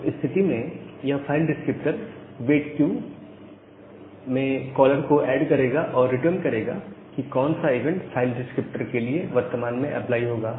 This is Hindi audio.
उस स्थिति में यह फाइल डिस्क्रिप्टर वेट क्यू में कॉलर को ऐड करेगा और रिटर्न करेगा कि कौन सा इवेंट फाइल डिस्क्रिप्टर के लिए वर्तमान में अप्लाई होगा